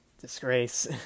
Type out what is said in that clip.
disgrace